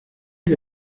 que